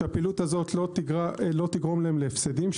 הפעילות הזאת לא תגרום להם להפסדים,